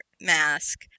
mask